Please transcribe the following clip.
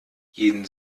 jeden